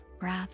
breath